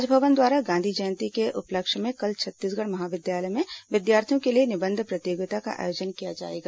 राजभवन द्वारा गांधी जयंती के उपलक्ष्य में कल छत्तीसगढ़ महाविद्यालय में विद्यार्थियों के लिए निबंध प्रतियोगिता का आयोजन किया जाएगा